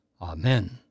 Amen